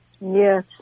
Yes